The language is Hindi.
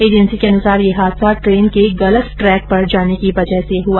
एजेन्सी के अनुसार ये हादसा ट्रेन के गलत ट्रेक पर जाने की वजह से हुआ